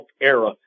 era